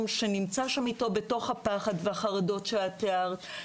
שנמצא שם אתו בתוך הפחד והחרדות שאת תיארת,